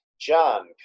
John